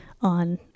on